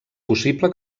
possible